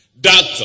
doctor